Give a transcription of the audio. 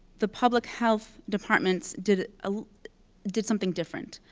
the public health departments did ah did something different.